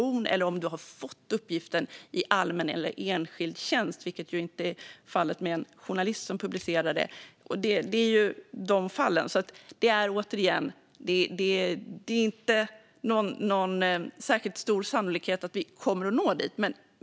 Det kan också handla om att du har fått uppgiften i allmän eller enskild tjänst, vilket ju inte är fallet för en journalist som publicerar den. Det handlar om de fallen. Återigen - sannolikheten är inte särskilt stor för att vi når dit.